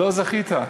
לא זכית.